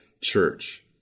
church